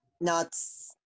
nuts